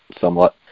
somewhat